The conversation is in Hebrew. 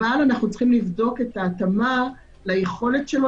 אבל אנחנו צריכים לבדוק את ההתאמה ליכולת שלו